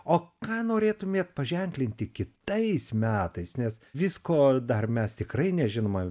o ką norėtumėt paženklinti kitais metais nes visko dar mes tikrai nežinoma